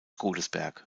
godesberg